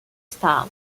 stahl